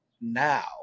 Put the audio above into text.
now